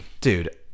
Dude